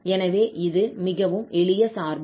எனவே இது மிகவும் எளிய சார்பு